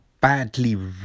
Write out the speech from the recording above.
badly